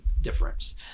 difference